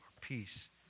peace